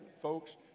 folks